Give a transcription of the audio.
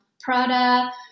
Prada